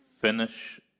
finish